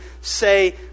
say